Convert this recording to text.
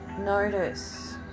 notice